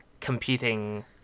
competing